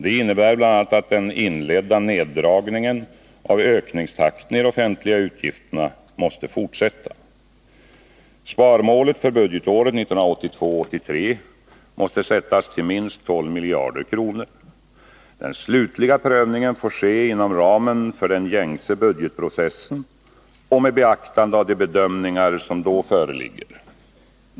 Det innebär bl.a. att den inledda neddragningen av ökningstakten i de offentliga utgifterna måste fortsätta. Sparmålet för budgetåret 1982/83 måste sättas till minst 12 miljarder kronor. Den slutliga prövningen får ske inom ramen för den gängse budgetprocessen och med beaktande av de bedömningar som då föreligger.